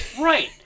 Right